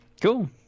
cool